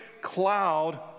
cloud